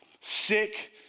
sick